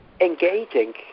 engaging